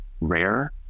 rare